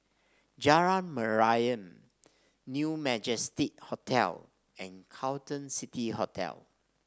Jalan Mariam New Majestic Hotel and Carlton City Hotel